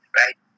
right